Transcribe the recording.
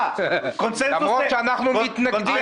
למרות שאנחנו מתנגדים.